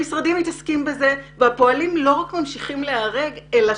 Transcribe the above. המשרדים מתעסקים בזה ולא רק שהפועלים ממשיכים להיהרג אלא